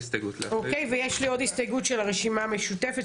סעיף 14 הסתייגות של הרשימה המשותפת.